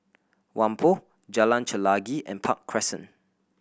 Whampoa Jalan Chelagi and Park Crescent